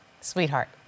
sweetheart